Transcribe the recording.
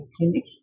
clinic